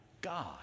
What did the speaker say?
God